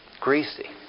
Greasy